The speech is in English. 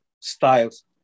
styles